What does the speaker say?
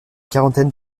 quarantaine